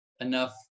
enough